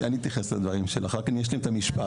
אני אתייחס לדברים שלך, אני רק אשלים את המשפט.